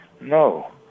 No